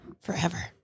forever